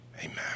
Amen